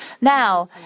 Now